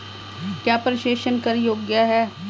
क्या प्रेषण कर योग्य हैं?